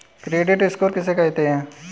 Credit score किसे कहते हैं?